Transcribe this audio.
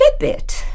Fitbit